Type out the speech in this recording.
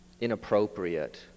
inappropriate